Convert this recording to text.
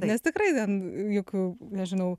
nes tikrai ten juk nežinau